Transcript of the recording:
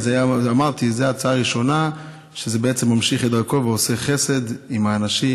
ואמרתי: זאת הצעה ראשונה שבעצם ממשיכה את דרכו ועושה חסד עם האנשים,